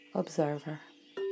observer